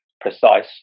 precise